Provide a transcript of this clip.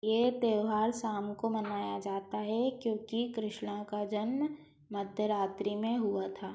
यह त्योहार शाम को मनाया जाता है क्योंकि कृष्ण का जन्म मध्यरात्रि में हुआ था